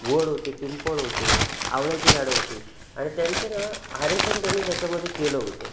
वड होते पिंपळ होते आवळ्याची झाडं होती आणि त्यांचं ना आरेखन त्यांनी त्याच्यामध्ये केलं होतं